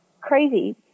crazy